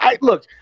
Look